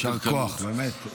יישר כוח, באמת.